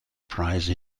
prize